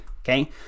Okay